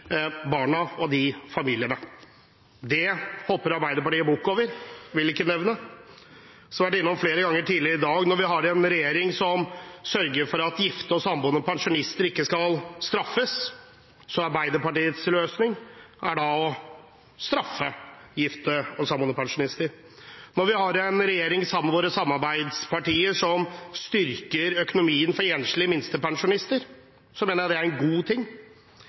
Det hopper Arbeiderpartiet bukk over og vil ikke nevne det. Og, som vi har vært innom flere ganger tidligere i dag, når vi har en regjering som sørger for at gifte og samboende pensjonister ikke straffes, er Arbeiderpartiets løsning å straffe gifte og samboende pensjonister. Når vi har en regjering som sammen med samarbeidspartiene styrker økonomien for enslige minstepensjonister, mener jeg det er en god ting.